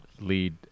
lead